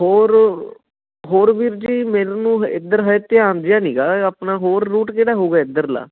ਹੋਰ ਹੋਰ ਵੀਰ ਜੀ ਮਿਲਣ ਨੂੰ ਇੱਧਰ ਹੈ ਧਿਆਨ ਜਿਹਾ ਨਹੀਂ ਗਾ ਆਪਣਾ ਹੋਰ ਰੂਟ ਕਿਹੜਾ ਹੋਵੇਗਾ ਇੱਧਰਲਾ